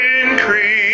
increase